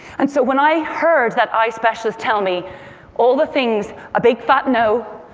and so when i heard that eye specialist tell me all the things, a big fat no,